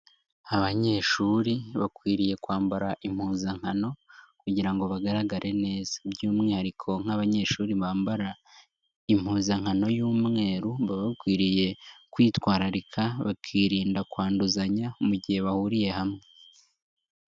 Abanyeshuri bakwiriye kwambara impuzankano kugira ngo bagaragare neza by'umwihariko nk'abanyeshuri bambara impuzankano y'umweru, baba bakwiriye kwitwararika bakirinda kwanduzanya mu gihe bahuriye hamwe.